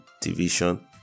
division